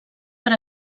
per